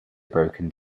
broken